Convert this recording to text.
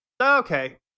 Okay